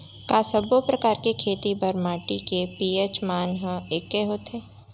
का सब्बो प्रकार के खेती बर माटी के पी.एच मान ह एकै होथे?